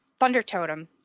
Thundertotem